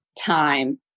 time